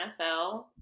NFL